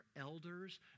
elders